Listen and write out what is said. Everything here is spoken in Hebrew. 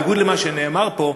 בניגוד למה שנאמר פה,